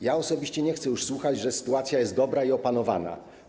Ja osobiście nie chcę już słuchać, że sytuacja jest dobra i opanowana.